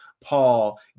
Paul